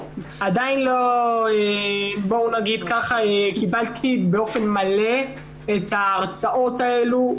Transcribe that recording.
עדיין לא קיבלתי באופן מלא את ההרצאות האלו.